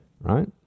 Right